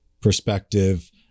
perspective